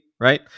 right